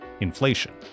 inflation